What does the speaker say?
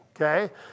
okay